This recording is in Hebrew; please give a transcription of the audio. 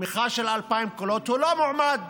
תמיכה של 2,000 קולות, הוא לא מועמד